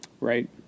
Right